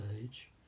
age